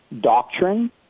doctrine